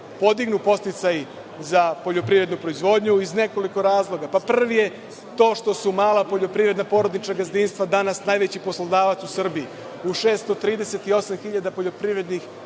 podignu podsticaji za poljoprivrednu proizvodnju iz nekoliko razloga. Prvi je to što su mala poljoprivredna porodična gazdinstva danas najveći poslodavac u Srbiji. U 638 hiljada poljoprivrednih